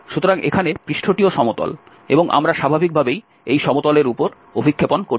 সুতরাং এখানে পৃষ্ঠটিও সমতল এবং আমরা স্বাভাবিকভাবেই এই সমতলের উপর অভিক্ষেপণ করছি